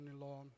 Lord